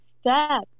step